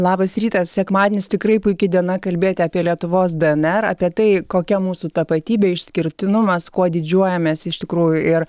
labas rytas sekmadienis tikrai puiki diena kalbėti apie lietuvos dnr apie tai kokia mūsų tapatybė išskirtinumas kuo didžiuojamės iš tikrųjų ir